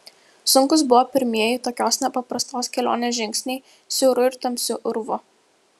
sunkūs buvo pirmieji tokios nepaprastos kelionės žingsniai siauru ir tamsiu urvu